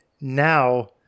now